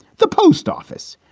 the post office.